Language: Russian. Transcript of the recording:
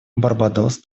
барбадос